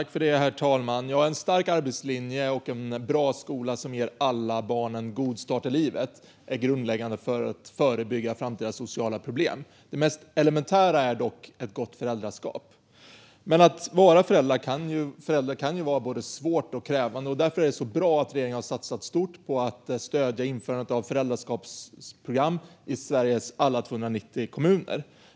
Herr talman! En stark arbetslinje och en bra skola som ger alla barn en god start i livet är grundläggande för att förebygga framtida sociala problem. Det mest elementära är dock ett gott föräldraskap. Men att vara förälder kan vara både svårt och krävande, och därför är det bra att regeringen har satsat stort på att stödja införandet av föräldraskapsprogram i Sveriges alla 290 kommuner.